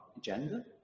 gender